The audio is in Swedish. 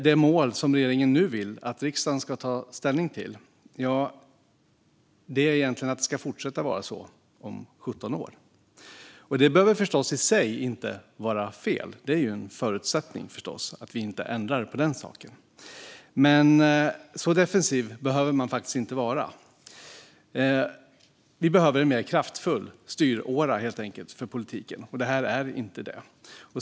Det mål som regeringen nu vill att riksdagen ska ta ställning till är egentligen att det ska fortsätta att vara så om 17 år. Det behöver förstås i sig inte vara fel, utan det är en förutsättning att vi inte ändrar på den saken. Men så defensiv behöver man faktiskt inte vara. Vi behöver helt enkelt en mer kraftfull styråra för politiken, och det här är inte det.